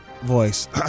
voice